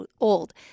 old